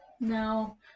No